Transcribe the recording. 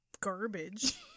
garbage